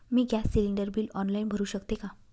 मी gas cylinder bill online भरु शकते का?